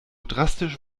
drastisch